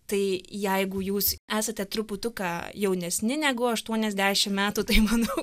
tai jeigu jūs esate truputuką jaunesni negu aštuoniasdešim metų tai manau